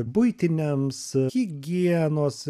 buitiniams higienos